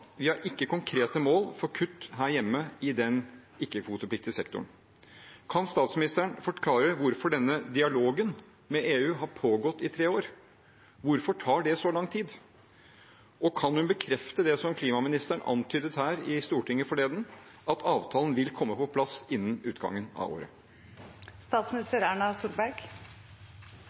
Vi har ikke konkrete mål for kutt her hjemme i den ikke-kvotepliktige sektoren. Kan statsministeren forklare hvorfor denne dialogen med EU har pågått i tre år? Hvorfor tar det så lang tid? Og kan hun bekrefte det som klimaministeren antydet her i Stortinget forleden – at avtalen vil komme på plass innen utgangen av